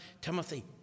Timothy